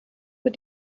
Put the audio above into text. für